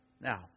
Now